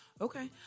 Okay